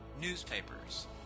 newspapers